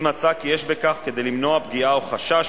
אם מצא כי יש בכך כדי למנוע פגיעה או חשש